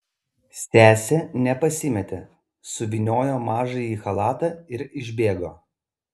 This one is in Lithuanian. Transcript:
sesė nepasimėtė suvyniojo mažąją į chalatą ir išbėgo